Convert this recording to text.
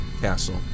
castle